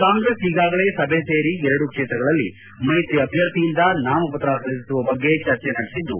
ಕಾಂಗ್ರೆಸ್ ಈಗಾಗಲೆ ಸಭೆ ಸೇರಿ ಎರಡೂ ಕ್ಷೇತ್ರಗಳಲ್ಲಿ ಮೈತ್ರಿ ಅಭ್ಧರ್ಥಿಯಿಂದ ನಾಮಪತ್ರ ಸಲ್ಲಿಸುವ ಬಗ್ಗೆ ಚರ್ಚಿ ನಡೆಸಿದ್ದು